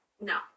No